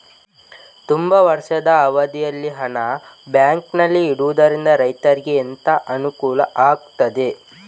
ತುಂಬಾ ವರ್ಷದ ಅವಧಿಯಲ್ಲಿ ಹಣ ಬ್ಯಾಂಕಿನಲ್ಲಿ ಇಡುವುದರಿಂದ ರೈತನಿಗೆ ಎಂತ ಅನುಕೂಲ ಆಗ್ತದೆ?